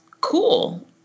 cool